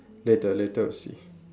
later later we'll see